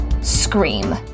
scream